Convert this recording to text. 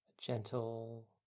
gentle